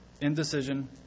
Indecision